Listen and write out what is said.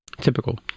typical